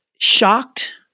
Shocked